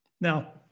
Now